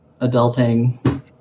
adulting